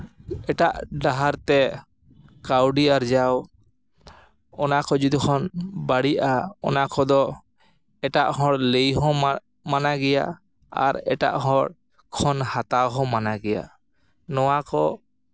ᱮᱴᱟᱜ ᱰᱟᱦᱟᱨ ᱛᱮ ᱠᱟᱹᱣᱰᱤ ᱟᱨᱡᱟᱣ ᱚᱱᱟ ᱠᱚ ᱡᱚᱛᱚ ᱠᱷᱚᱱ ᱵᱟᱹᱲᱤᱡᱼᱟ ᱚᱱᱟ ᱠᱚᱫᱚ ᱮᱴᱟᱜ ᱦᱚᱲ ᱞᱟᱹᱭ ᱦᱚᱸ ᱢᱟᱱᱟ ᱜᱮᱭᱟ ᱟᱨ ᱮᱴᱟᱜ ᱦᱚᱲ ᱠᱷᱚᱱ ᱦᱟᱛᱟᱣ ᱦᱚᱸ ᱢᱟᱱᱟ ᱜᱮᱭᱟ ᱱᱚᱣᱟ ᱠᱚ